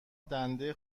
دنده